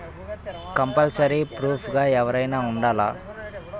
Compulsory proof గా ఎవరైనా ఉండాలా?